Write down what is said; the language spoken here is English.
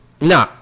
No